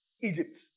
Egypt